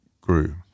grew